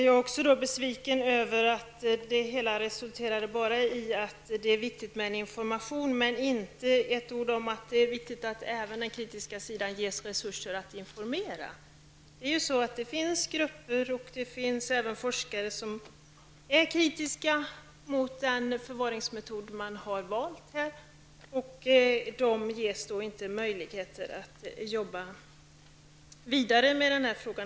Jag är besviken över att svaret utmynnar i att det är viktigt med information utan att det sägs ett ord om att det är viktigt att även den kritiska sidan ges resurser att informera. Det finns grupper och även forskare som är kritiska mot den förvaringsmetod som SKB har valt. Dessa ges inte möjligheter att jobba vidare med denna fråga.